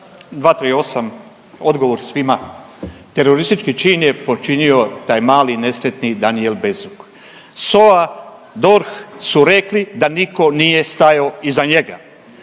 238. Odgovor svima. Teroristički čin je počinio taj mali nesretni Danijel Bezuk. SOA, DORH su rekli da nitko nije stajao iza njega.